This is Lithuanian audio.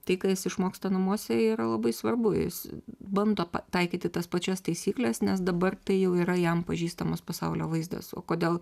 tai ką jis išmoksta namuose yra labai svarbu jis bando taikyti tas pačias taisykles nes dabar tai jau yra jam pažįstamas pasaulio vaizdas o kodėl